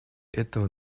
этого